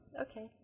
Okay